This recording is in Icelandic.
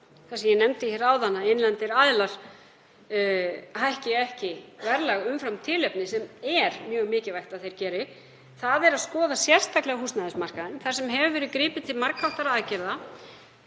það sem ég nefndi áðan um að innlendir aðilar hækki ekki verðlag umfram tilefni sem er mjög mikilvægt — er að skoða sérstaklega húsnæðismarkaðinn þar sem hefur verið gripið til margháttaðra aðgerða,